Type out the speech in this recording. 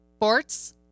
Sports